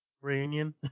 reunion